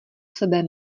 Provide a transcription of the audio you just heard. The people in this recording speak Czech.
sebe